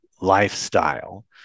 lifestyle